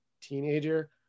teenager